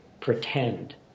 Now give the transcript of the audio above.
pretend